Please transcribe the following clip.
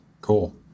cool